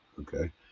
okay